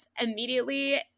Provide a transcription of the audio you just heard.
immediately